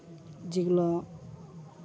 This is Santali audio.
ᱡᱮᱜᱩᱞᱟ